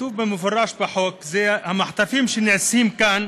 כתוב במפורש בחוק, זה מהמחטפים שנעשים כאן